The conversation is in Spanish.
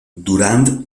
durand